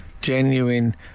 Genuine